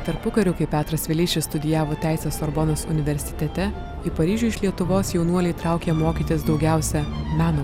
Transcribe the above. tarpukariu kai petras vileišis studijavo teisę sorbonos universitete į paryžių iš lietuvos jaunuoliai traukė mokytis daugiausia meno